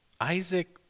Isaac